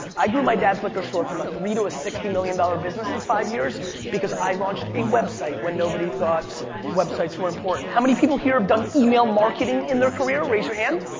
i grew my dad's liqour store from a three to a sixty million dollar business in five years because i launched a website when nobody thought websites were important. how many people here have done email marketing in their career, raise your hand.